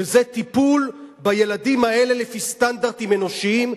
שזה טיפול בילדים האלה לפי סטנדרטים אנושיים,